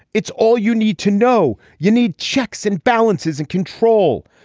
it's all you need to know. you need checks and balances and control.